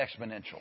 exponential